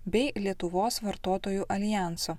bei lietuvos vartotojų aljanso